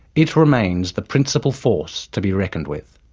it remains the principal force to be reckoned with.